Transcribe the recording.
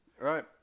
Right